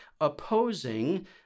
opposing